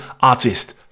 artist